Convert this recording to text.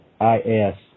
i-s